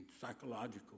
psychological